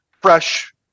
fresh